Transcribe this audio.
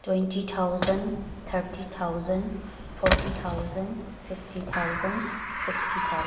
twenty thousand thirty thousand forty thousand fifty thousand sixty thousand